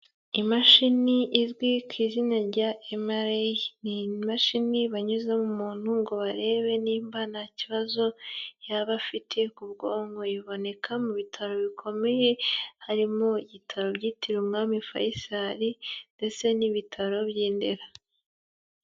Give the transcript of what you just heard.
Imashini izwi ku izina rya Emaray, ni imashini banyuzamo umuntu ngo barebe nimba nta kibazo yaba afite ku bwonko, iboneka mu bitaro bikomeye harimo ibitaro byitiriwe Umwami Faisal ndetse n'ibitaro by'i Ndera.